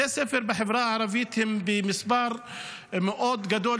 בתי הספר בחברה הערבית הם עם מספר מאוד גדול